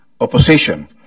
opposition